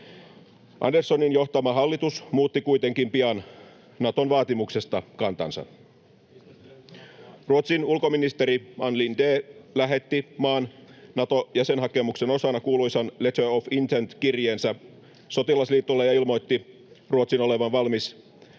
Anderssonin johtama hallitus muutti kuitenkin pian Naton vaatimuksesta kantansa. Ruotsin ulkoministeri Ann Linde lähetti maan Nato-jäsenhakemuksen osana kuuluisan letter of intent ‑kirjeensä sotilasliitolle ja ilmoitti Ruotsin olevan valmis lähettämään